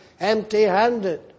empty-handed